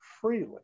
freely